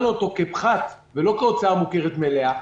לו אותו כפחת ולא כהוצאה מוכרת מלאה.